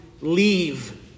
leave